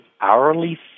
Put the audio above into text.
hourly